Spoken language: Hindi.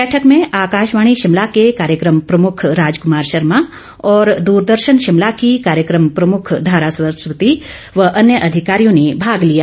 बैठक में आकाशवाणी शिमला के कार्यक्रम प्रमुख राजकुमार शर्मा व दूरदर्शन शिमला की कार्यक्रम प्रमुख धारा सरस्वती व अन्य अधिकारियों ने भाग लिया